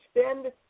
spend